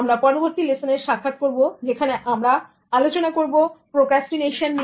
আমরা পরবর্তী লেসনে সাক্ষাৎ করব যেখানে আমরা আলোচনা করব প্রক্রাস্টিনেশন নিয়ে